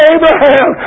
Abraham